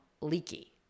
leaky